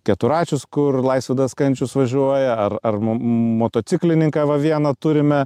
keturračius kur laisvydas kančius važiuoja ar ar mo motociklininką va vieną turime